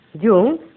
Jung